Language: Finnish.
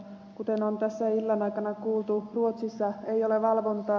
kuten on tässä illan aikana kuultu ruotsissa ei ole valvontaa